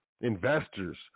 investors